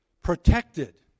protected